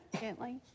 Gently